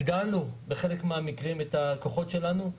הגדלנו בחלק מהמקרים את הכוחות שלנו.